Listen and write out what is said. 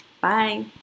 Bye